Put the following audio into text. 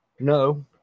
No